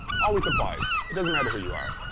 always applies. it doesn't matter who you are.